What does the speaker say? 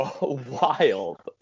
wild